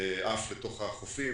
עף לתוך החופים